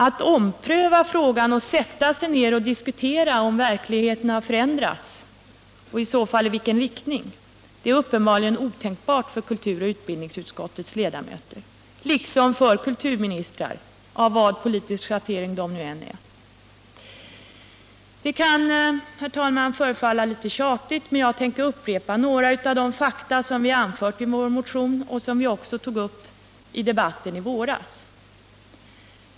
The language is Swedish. Att ompröva frågan, att sätta sig ner och diskutera om verkligheten har förändrats och i så fall i vilken riktning är uppenbarligen otänkbart för kulturutskottets och utbildningsutskottets ledamöter liksom för kulturministrar, vilken politisk schattering de nu än har. Det kan, herr talman, förefalla tjatigt, men jag tänker upprepa några av de fakta som vi har anfört i vår motion och som också togs upp i debatten i våras.